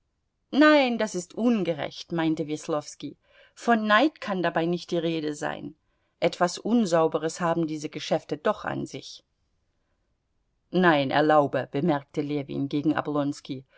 nein das ist ungerecht meinte weslowski von neid kann dabei nicht die rede sein etwas unsauberes haben diese geschäfte doch an sich nein erlaube bemerkte ljewin gegen oblonski